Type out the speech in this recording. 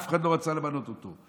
אף אחד לא רצה למנות אותו.